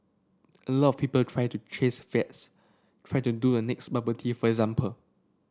a lot of people try to chase fads try to do the next bubble tea for example